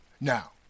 Now